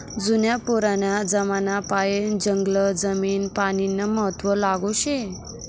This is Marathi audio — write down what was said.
जुना पुराना जमानापायीन जंगल जमीन पानीनं महत्व लागू शे